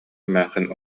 эмээхсин